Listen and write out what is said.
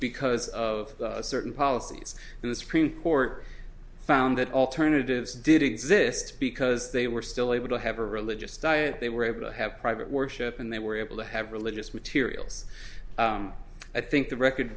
because of certain policies and the supreme court found that alternatives did exist because they were still able to have a religious diet they were able to have private worship and they were able to have religious materials i think the record